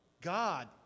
God